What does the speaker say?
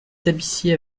tapissiers